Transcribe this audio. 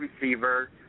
receiver